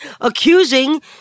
accusing